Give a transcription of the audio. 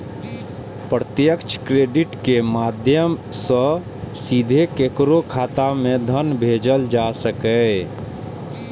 प्रत्यक्ष क्रेडिट के माध्यम सं सीधे केकरो खाता मे धन भेजल जा सकैए